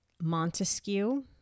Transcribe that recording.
Montesquieu